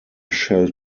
shall